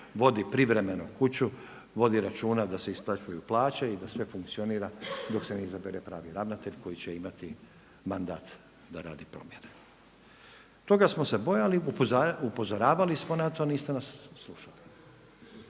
vodi privremeno kuću, vodi računa da se isplaćuju plaće i da sve funkcionira dok se ne izabere pravi ravnatelj koji će imati mandat da radi promjene. Toga smo se bojali, upozoravali smo na to, niste nas slušali